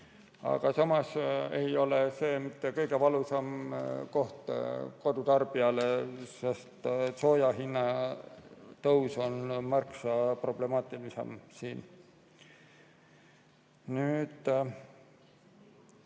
Aga samas ei ole see mitte kõige valusam koht kodutarbijale, sest sooja hinna tõus on märksa problemaatilisem. Algatajate